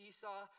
Esau